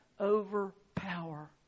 overpower